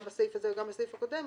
גם בסעיף הזה וגם בסעיף הקודם,